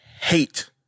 hate